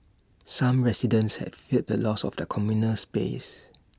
some residents had feared the loss of their communal space